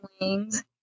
wings